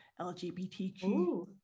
LGBTQ